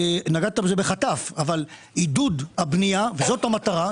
נגעת בזה בחטף אבל לגבי עידוד הבנייה וזאת המטרה,